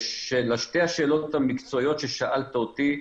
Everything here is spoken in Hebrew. לשתי השאלות המקצועיות ששאלת אותי,